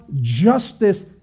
justice